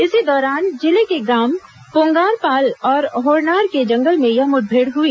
इसी दौरान जिले के ग्राम पुंगारपाल और होड़नार के जंगल में यह मुठभेड़ हुई